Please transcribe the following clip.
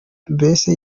mbese